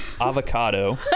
avocado